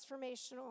transformational